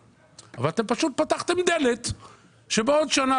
אבל אתם פשוט פתחתם דלת לכך שבעוד שנה,